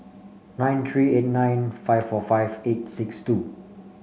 nine three eight nine five four five eight six two